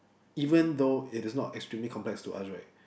even though it is not extremely complex to us right